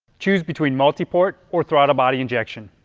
choose between multiport or throttle body injection.